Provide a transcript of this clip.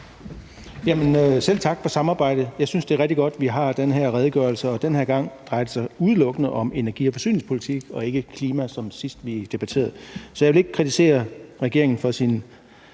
Selv tak for samarbejdet. Jeg synes, det er rigtig godt, vi har den her redegørelse, og den her gang drejer det sig udelukkende om energi- og forsyningspolitik og ikke klima, som sidst vi debatterede. Så jeg vil ikke kritisere regeringen for dens